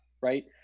right